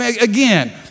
Again